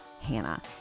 Hannah